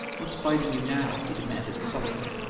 what's biting you now? he demanded, sullenly.